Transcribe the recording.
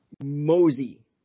Mosey